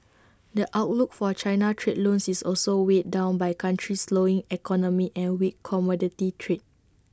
the outlook for China trade loans is also weighed down by the country's slowing economy and weak commodity trade